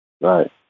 Right